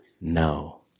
No